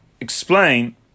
explain